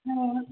ह